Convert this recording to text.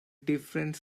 different